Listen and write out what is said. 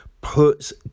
puts